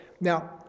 Now